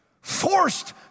Forced